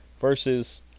versus